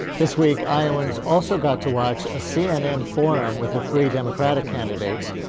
this week iowans also got to watch a cnn forum with the three democratic candidates.